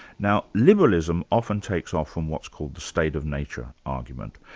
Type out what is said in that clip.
now liberalism often takes off from what's called the state of nature argument.